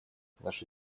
наша